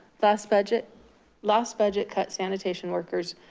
last budget last budget cut sanitation workers.